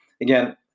again